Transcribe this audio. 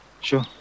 Sure